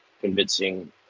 convincing